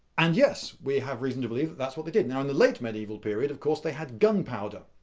and yes, we have reason to believe that that's what they did. now, in the late medieval period, of course, they had gunpowder.